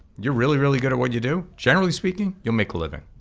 you're really, really good at what you do, generally speaking? you'll make a living.